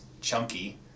chunky